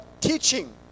teaching